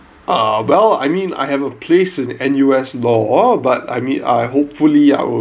ah well I mean I have a place in N_U_S law but I mean I hopefully I would